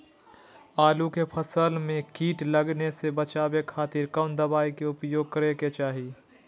आलू के फसल में कीट लगने से बचावे खातिर कौन दवाई के उपयोग करे के चाही?